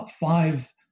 five